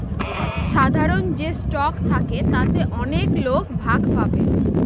সাধারন যে স্টক থাকে তাতে অনেক লোক ভাগ পাবে